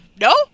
No